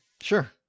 Sure